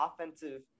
offensive